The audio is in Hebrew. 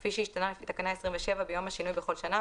כפי שהשתנה לפי תקנה 27 ביום השינוי בכל שנה,